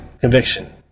conviction